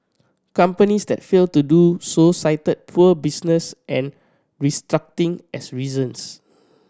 companies that failed to do so cited poor business and restructuring as reasons